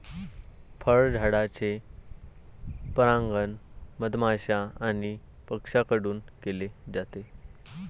फळझाडांचे परागण मधमाश्या आणि पक्ष्यांकडून केले जाते